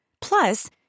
Plus